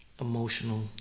emotional